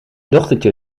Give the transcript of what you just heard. dochtertje